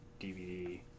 DVD